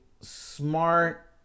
smart